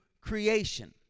creation